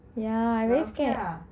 ya I very scared